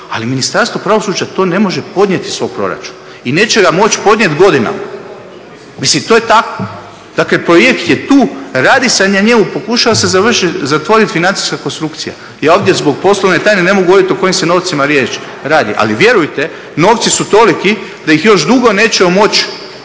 ali Ministarstvo pravosuđa to ne može podnijeti u svom proračun, i neće ga moći podnijeti godinama. Mislim to je tako, dakle projekt je tu, radi se na njemu, pokušava se zatvoriti financijska konstrukcija. Ja ovdje zbog poslovne tajne ne mogu govoriti o kojim se novcima radi, ali vjerujte novci su toliki da ih još dugo nećemo moći